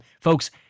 folks